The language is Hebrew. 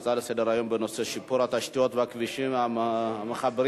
ההצעה לסדר-היום בנושא שיפור התשתיות והכבישים המחברים